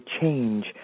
change